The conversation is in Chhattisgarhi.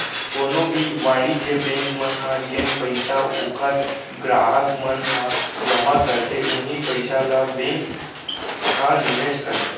कोनो भी वाणिज्य बेंक मन ह जेन पइसा ओखर गराहक मन ह जमा करथे उहीं पइसा ल बेंक ह निवेस करथे